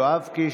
יואב קיש,